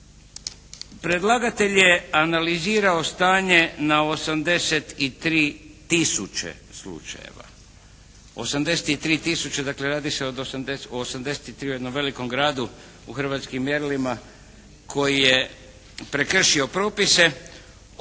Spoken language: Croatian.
Predlagatelj je analizirao stanje na 83000 slučajeva, 83 tisuće. Dakle, radi se o 83, o jednom velikom gradu u hrvatskim mjerilima koji je prekršio propise.